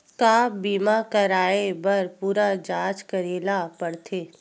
का बीमा कराए बर पूरा जांच करेला पड़थे?